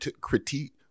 critique